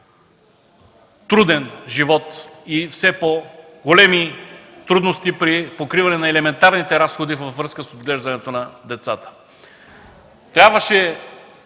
по-труден живот, на все по-големи трудности при покриване на елементарните разходи във връзка с отглеждането на децата. Трябваше